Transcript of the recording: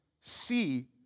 see